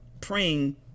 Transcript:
praying